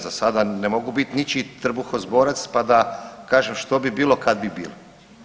Za sada ne mogu biti ničiji trbuhozborac pa da kažem što bi bilo kad bi bilo.